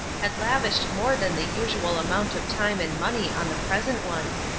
had lavished more than the usual amount of time and money on the present ones,